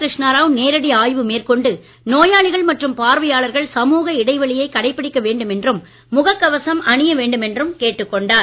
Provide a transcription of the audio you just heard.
கிருஷ்ணாராவ் நேரடி ஆய்வு மேற்கொண்டு நோயாளிகள் மற்றும் பார்வையாளர்கள் சமூக இடைவெளியைக் கடைப்பிடிக்க வேண்டும் என்றும் முகக் கவசம் அணிய வேண்டும் என்றும் கேட்டுக்கொண்டார்